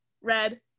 Red